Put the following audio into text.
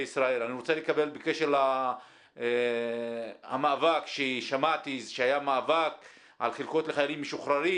בקשר למאבק ששמעתי שהיה על חלקות לחיילים משוחררים,